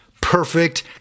perfect